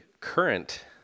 current